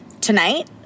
Tonight